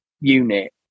unit